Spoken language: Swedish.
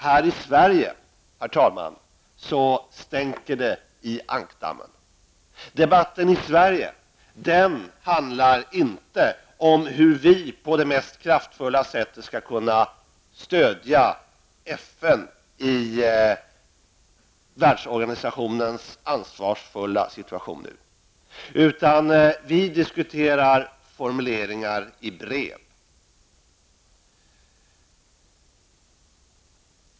Här i Sverige stänker det dock i ankdammen. Debatten här handlar inte om hur vi på det mest kraftfulla sättet skall kunna stödja FN när det gäller att agera på ett ansvarsfullt sätt. I stället diskuterar vi formuleringar i brev.